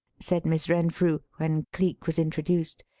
said miss renfrew when cleek was introduced.